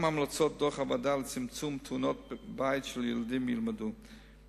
גם המלצות דוח הוועדה לצמצום תאונות בית של ילדים יילמדו.